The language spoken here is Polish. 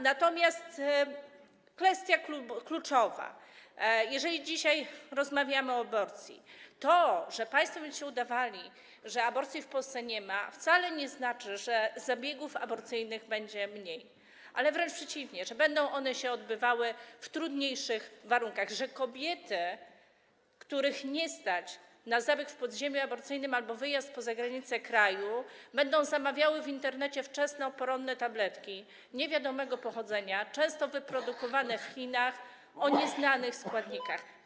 Natomiast kwestia kluczowa, jeżeli dzisiaj rozmawiamy o aborcji - to, że państwo będziecie udawali, że aborcji w Polsce nie ma, wcale nie znaczy, że zabiegów aborcyjnych będzie mniej, wręcz przeciwnie, znaczy, że będą one się odbywały w trudniejszych warunkach, że kobiety, których nie stać na zabieg w podziemiu aborcyjnym albo wyjazd poza granice kraju, będą zamawiały w Internecie wczesnoporonne tabletki niewiadomego pochodzenia, często wyprodukowane w Chinach, o nieznanych składnikach.